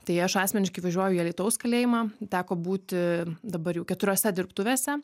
tai aš asmeniškai važiuoju į alytaus kalėjimą teko būti dabar jau keturiose dirbtuvėse